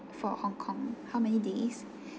for hong kong how many days